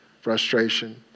frustration